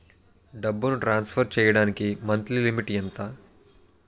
డబ్బును ట్రాన్సఫర్ చేయడానికి monthly limit ఎంత?